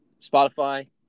Spotify